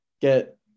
get